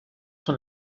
con